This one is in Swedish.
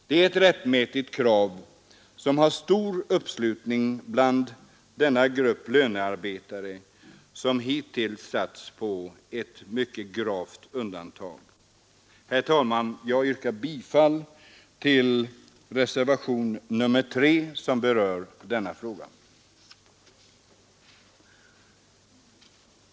Det är ett rättmätigt krav som har stor uppslutning bland denna grupp lönearbetare, som hittills satts på mycket gravt undantag. Herr talman! Jag yrkar bifall till reservationen 3, som berör denna fråga.